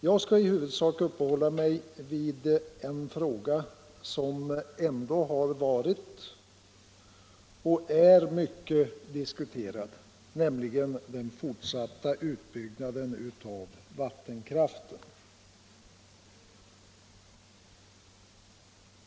Jag skall i huvudsak uppehålla mig vid en fråga som ändå har varit och är mycket diskuterad, nämligen den fortsatta utbyggnaden av vattenkraften.